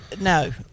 No